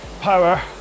power